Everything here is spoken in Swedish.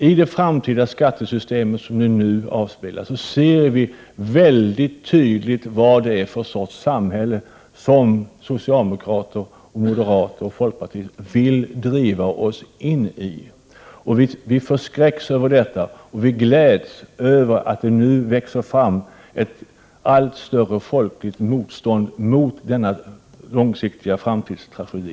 I det framtida skattesystemet, som det nu avspeglar sig, ser vi väldigt tydligt vad det är för sorts samhälle som socialdemokrater, moderater och folkpartister vill driva oss in i. Vi förskräcks över detta. Vi gläds över att det nu växer fram ett allt större folkligt motstånd mot denna långsiktiga framtidstragedi.